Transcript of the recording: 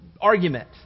argument